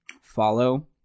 follow